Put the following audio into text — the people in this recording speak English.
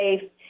safe